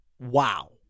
wow